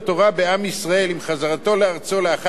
עם חזרתו לארצו לאחר השואה הנוראה,